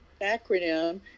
Acronym